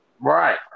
Right